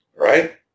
Right